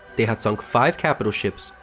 they had sunk five capital ships,